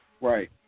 Right